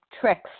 tricks